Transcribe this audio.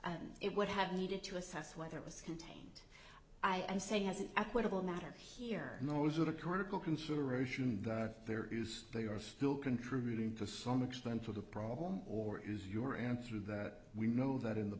it would have needed to assess whether it was contained i say has an equitable matter here nor is it a critical consideration there is they are still contributing to some extent of the problem or is your answer that we know that in the